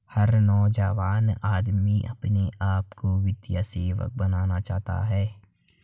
हर नौजवान आदमी अपने आप को वित्तीय सेवक बनाना चाहता है